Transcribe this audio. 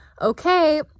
okay